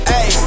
Hey